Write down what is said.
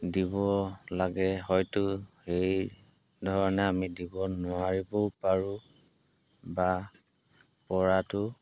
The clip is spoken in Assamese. দিব লাগে হয়তো সেইধৰণে আমি দিব নোৱাৰিবও পাৰোঁ বা পৰাটো